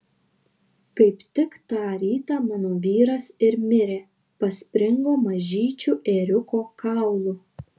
kaip tik tą rytą mano vyras ir mirė paspringo mažyčiu ėriuko kaulu